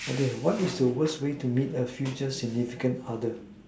okay what is the worst way to meet a future significant other